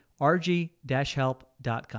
rg-help.com